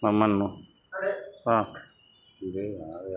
ನಮ್ಮನ್ನು ಹಾಂ